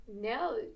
No